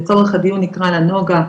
לצורך הדיון נקרא לה נוגה,